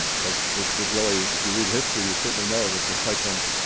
because it really if you read history you certainly know that the cyclones